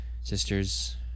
sisters